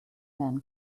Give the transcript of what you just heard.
man